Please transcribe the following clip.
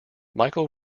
michael